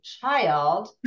child